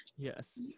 Yes